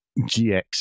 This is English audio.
GX